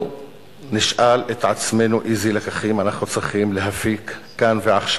שנשאל את עצמנו איזה לקחים אנחנו צריכים להפיק כאן ועכשיו.